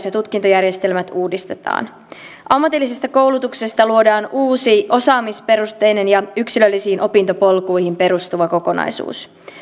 ja tutkintojärjestelmät uudistetaan ammatillisesta koulutuksesta luodaan uusi osaamisperusteinen ja yksilöllisiin opintopolkuihin perustuva kokonaisuus